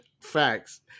Facts